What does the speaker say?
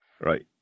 right